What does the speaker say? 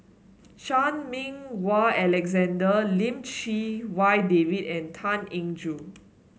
Chan Meng Wah Alexander Lim Chee Wai David and Tan Eng Joo